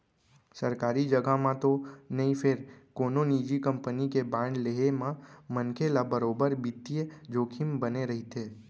सरकारी जघा म तो नई फेर कोनो निजी कंपनी के बांड लेहे म मनसे ल बरोबर बित्तीय जोखिम बने रइथे